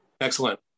Excellent